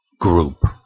group